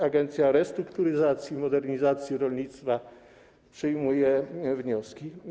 Agencja Restrukturyzacji i Modernizacji Rolnictwa przyjmuje wnioski.